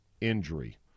injury